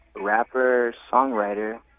rapper-songwriter